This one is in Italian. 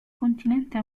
continente